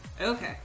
Okay